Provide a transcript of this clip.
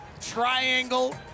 triangle